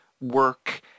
work